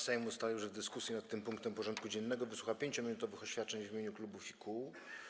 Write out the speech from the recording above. Sejm ustalił, że w dyskusji nad tym punktem porządku dziennego wysłucha 5-minutowych oświadczeń w imieniu klubów i koła.